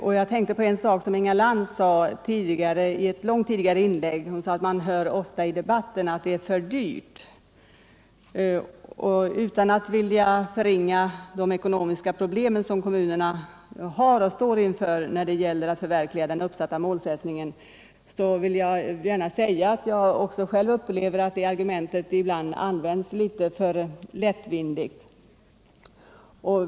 Och jag tänker här på något som Inga Lantz sade i ett tidigare inlägg, nämligen att det ofta sägs i debatten att det är för dyrt att bygga ut barnomsorgen. Utan att vilja förringa de problem som kommunerna har att brottas med när det gäller att förverkliga den uppställda målsättningen vill jag säga, att också jag upplever att det argumentet används litet för lättvindigt.